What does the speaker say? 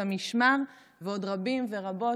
המשמר ועוד רבים ורבות,